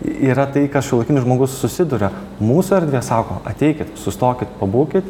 yra tai ką šiuolaikinis žmogus susiduria mūsų erdvė sako ateikit sustokit pabūkit